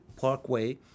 parkway